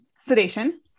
sedation